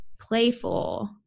playful